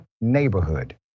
neighborhood